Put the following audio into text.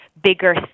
bigger